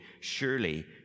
surely